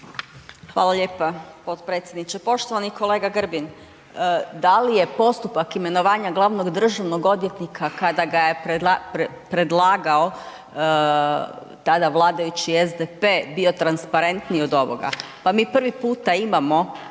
Hvala lijepa potpredsjedniče. Poštovani kolega Grbin, da li je postupak imenovanja glavnog državnog odvjetnika, kada ga je predlagao tada vladajući SDP bio transparentniji od ovoga? Pa mi prvi puta imamo